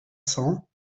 cents